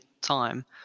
time